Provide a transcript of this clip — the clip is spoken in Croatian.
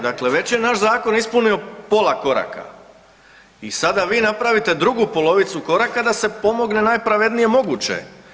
Dakle, već je naš zakon ispunio pola koraka i sada vi napravite drugu polovicu koraka da se pomogne najpravednije moguće.